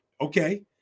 Okay